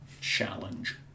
Challenge